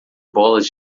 bolas